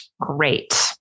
Great